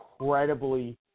incredibly